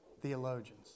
theologians